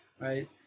right